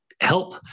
help